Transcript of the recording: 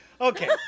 okay